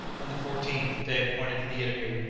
on the fourteenth, the day appointed for the interview,